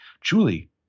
Julie